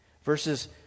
Verses